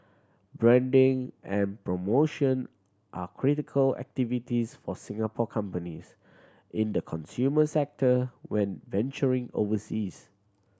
branding and promotion are critical activities for Singapore companies in the consumers sector when venturing overseas